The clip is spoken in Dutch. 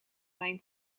mijn